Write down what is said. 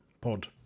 pod